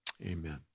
Amen